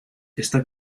esta